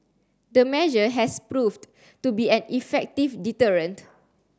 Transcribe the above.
the measure has proved to be an effective deterrent